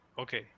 Okay